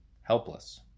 helpless